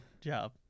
job